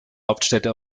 hauptstädte